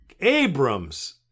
Abrams